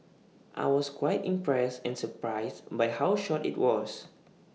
I was quite impressed and surprised by how short IT was